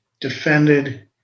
defended